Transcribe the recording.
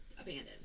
abandoned